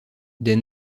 des